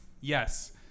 yes